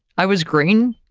i was green,